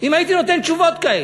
אם הייתי נותן תשובות כאלה.